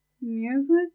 music